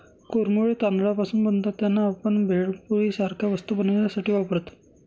कुरमुरे तांदळापासून बनतात त्यांना, आपण भेळपुरी सारख्या वस्तू बनवण्यासाठी वापरतो